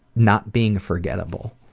not being forgettable.